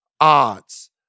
odds